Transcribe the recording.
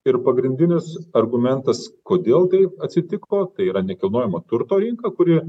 ir pagrindinis argumentas kodėl taip atsitiko tai yra nekilnojamo turto rinka kuri